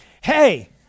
Hey